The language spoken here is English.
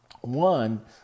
one